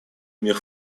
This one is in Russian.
мир